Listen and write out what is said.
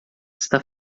está